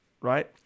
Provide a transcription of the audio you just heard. right